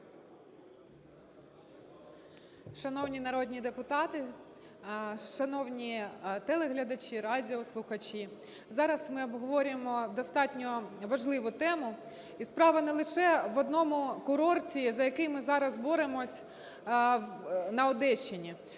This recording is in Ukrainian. Шановні народні депутати, шановні телеглядачі, радіослухачі! Зараз ми обговорюємо достатньо важливу тему. І справа не лише в одному курорті, за який ми зараз боремося на Одещині,